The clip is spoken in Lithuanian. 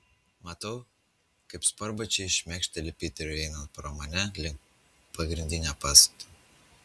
matau kaip sportbačiai šmėkšteli piteriui einant pro mane link pagrindinio pastato